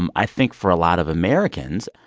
um i think for a lot of americans,